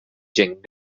gent